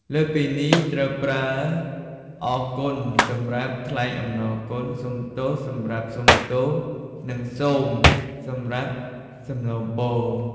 លើសពីនេះ ត្រូវប្រើ "អរគុណ" សម្រាប់ថ្លែងអំណរគុណ "សូមទោស" សម្រាប់សុំទោស និង "សូម" សម្រាប់សំណូមពរ។